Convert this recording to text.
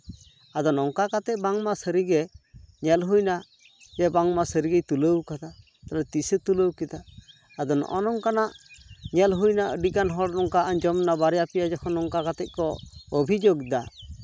ᱟᱫᱚ ᱱᱚᱜᱼᱚ ᱱᱚᱝᱠᱟ ᱠᱟᱛᱮ ᱵᱟᱝᱢᱟ ᱥᱟᱹᱨᱤᱜᱮ ᱧᱮᱞ ᱦᱩᱭᱱᱟ ᱡᱮ ᱵᱟᱝᱢᱟ ᱥᱟᱹᱨᱤᱜᱮᱭ ᱛᱩᱞᱟᱹᱣ ᱠᱟᱫᱟ ᱛᱟᱞᱦᱮ ᱛᱤᱥᱮᱭ ᱛᱩᱞᱟᱹᱣ ᱠᱮᱫᱟ ᱟᱫᱚ ᱱᱚᱜᱼᱚ ᱱᱚᱝᱠᱟᱱᱟᱜ ᱧᱮᱞ ᱦᱩᱭᱱᱟ ᱟᱹᱰᱤᱜᱟᱱ ᱦᱚᱲ ᱱᱚᱝᱠᱟ ᱟᱸᱡᱚᱢᱱᱟ ᱵᱟᱨᱭᱟ ᱯᱮᱭᱟ ᱡᱚᱠᱷᱚᱱ ᱚᱝᱠᱟ ᱠᱟᱛᱮ ᱠᱚ ᱚᱵᱷᱤᱡᱳᱜᱽ ᱫᱟ